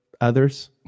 others